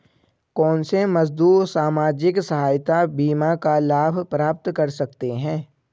कौनसे मजदूर सामाजिक सहायता बीमा का लाभ प्राप्त कर सकते हैं?